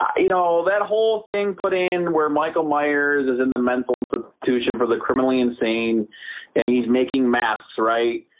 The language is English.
you know that whole thing put in where michael myers is in the mental institution for the criminally insane and he's making masks right?